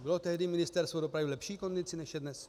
Bylo tehdy Ministerstvo dopravy v lepší kondici, než je dnes?